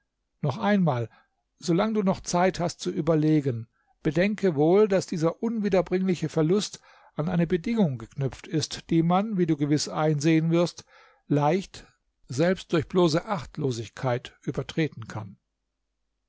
noch einmal so lang du noch zeit hast zu überlegen bedenke wohl daß dieser unwiderbringliche verlust an eine bedingung geknüpft ist die man wie du gewiß einsehen wirst leicht selbst durch bloße achtlosigkeit übertreten kann